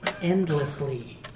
endlessly